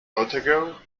otago